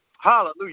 Hallelujah